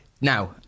now